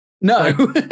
No